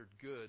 good